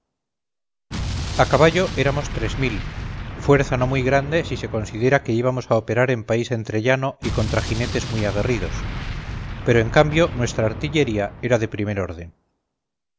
a caballo éramos tres mil fuerza no muy grande si se considera que íbamos a operar en país entrellano y contra jinetes muy aguerridos pero en cambio nuestra artillería era de primer orden